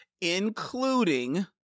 including